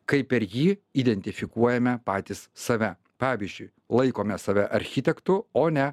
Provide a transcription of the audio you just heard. kai per jį identifikuojame patys save pavyzdžiui laikome save architektu o ne